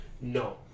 No